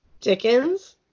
Dickens